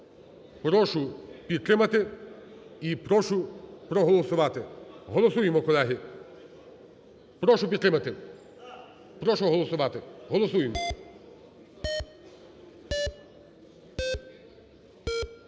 Прошу підтримати. І прошу проголосувати. Голосуємо, колеги. Прошу підтримати. Прошу голосувати, голосуємо.